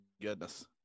goodness